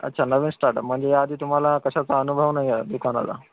अच्छा नवीन स्टार्टप म्हणजे याआधी तुम्हाला कशाचा अनुभव नाही आहे दुकानाचा